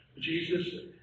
Jesus